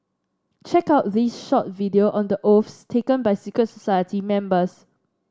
check out this short video on the oaths taken by secret society members